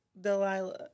Delilah